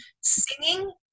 Singing